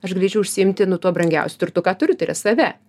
aš galėčiau užsiimti nu tuo brangiausiu turtu ką turiu tai yra save